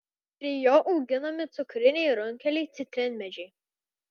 prie jo auginami cukriniai runkeliai citrinmedžiai